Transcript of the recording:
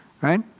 Right